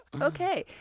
Okay